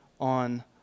on